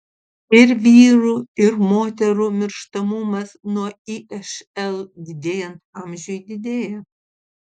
ir vyrų ir moterų mirštamumas nuo išl didėjant amžiui didėja